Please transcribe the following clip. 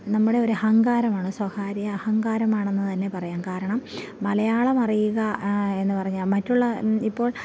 നമ്മുടെ ഒരു അഹങ്കാരമാണ് സ്വകാര്യ അഹങ്കാരമാണെന്നു തന്നെ പറയാം കാരണം മലയാളമറിയുക എന്നുപറഞ്ഞാൽ മറ്റുള്ള ഇപ്പോൾ